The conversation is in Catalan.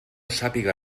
sàpia